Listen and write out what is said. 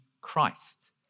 Christ